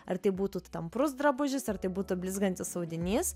ar tai būtų tamprus drabužis ar tai būtų blizgantis audinys